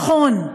נכון,